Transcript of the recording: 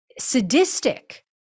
sadistic